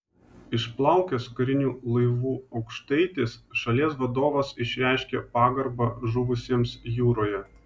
išplaukęs kariniu laivu aukštaitis šalies vadovas išreiškė pagarbą žuvusiems jūroje